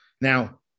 Now